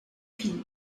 film